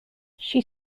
she